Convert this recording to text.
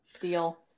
Deal